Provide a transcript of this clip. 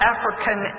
African